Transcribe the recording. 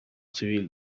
civil